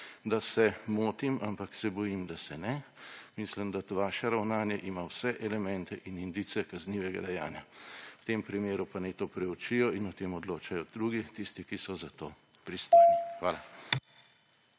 da se motim, ampak se bojim, da se ne, mislim, da ima to vaše ravnanje vse elemente in indice kaznivega dejanja. V tem primeru pa naj to preučijo in o tem odločajo drugi, tisti, ki so za to pristojni. Hvala.